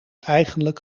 eigenlijk